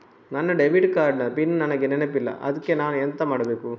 ನನ್ನ debit card ನ PIN ನನಗೆ ನೆನಪಿಲ್ಲ ಅದ್ಕೆ ನಾನು ಎಂತ ಮಾಡಬೇಕು?